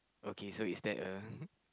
okay so is that a